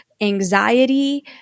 Anxiety